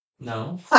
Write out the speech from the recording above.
No